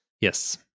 Yes